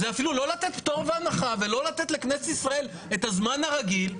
זה אפילו לא לתת פטור מהנחה ולא לתת לכנסת ישראל את הזמן הרגיל,